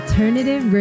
Alternative